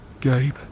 Gabe